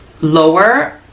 lower